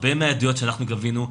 הרבה מהעדויות שאנחנו גבינו,